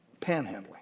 panhandling